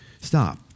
Stop